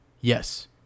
Yes